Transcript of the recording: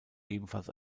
ebenfalls